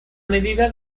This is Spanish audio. medida